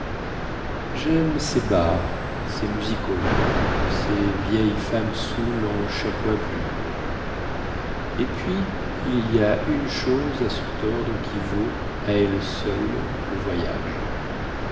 jaime ses bars ses music halls ses vieilles femmes saoules en chapeau à plume et puis il y a une chose à se tordre qui vaut à elle seule le voyage